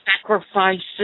sacrifices